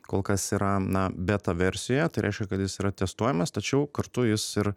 kol kas yra na beta versijoje tai reiškia kad jis yra testuojamas tačiau kartu jis ir